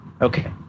Okay